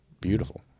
beautiful